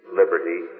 liberty